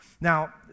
Now